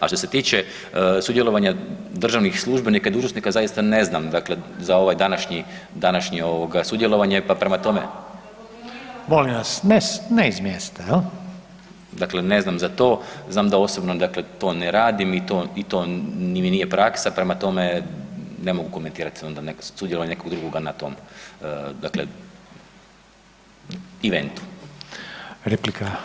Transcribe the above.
A što se tiče sudjelovanja državnih službenika i dužnosnika, zaista ne znam, dakle za ovaj današnje sudjelovanje pa prema tome …… [[Upadica sa strane, ne razumije se.]] [[Upadica Reiner: Molim vas, ne iz mjesta, jel?]] Dakle, ne znam za to, znam da osobno dakle to ne radim i to mi nije praksa, prema tome ne mogu komentirati onda neko sudjelovanje nekog drugog na tom dakle eventu.